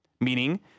meaning